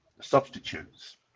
substitutes